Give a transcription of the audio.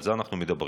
על זה אנחנו מדברים.